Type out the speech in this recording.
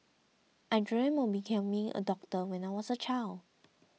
I dreamt of becoming a doctor when I was a child